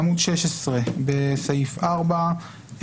בעמוד 16 בסעיף 4,